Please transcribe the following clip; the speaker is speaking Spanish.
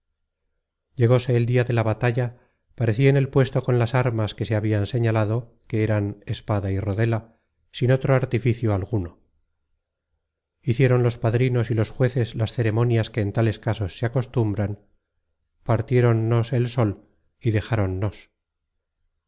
llegóse el dia de la batalla parecí en el puesto con las armas que se habian señalado que eran espada y rodela sin otro artificio alguno hicieron los padrinos y los jueces las ceremonias que en tales casos se acostumbran partiéronnos el sol y